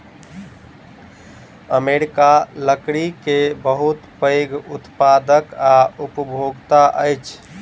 America लकड़ी के बहुत पैघ उत्पादक आ उपभोगता अछि